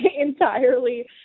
entirely